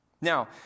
Now